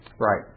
Right